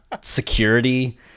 security